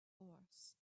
force